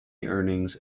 earnings